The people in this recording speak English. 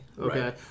Okay